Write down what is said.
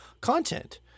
content